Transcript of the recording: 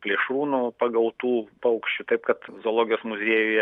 plėšrūnų pagautų paukščių taip kad zoologijos muziejuje